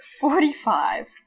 Forty-five